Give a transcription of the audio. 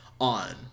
on